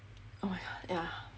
oh my god yah